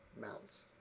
mounts